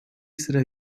sıra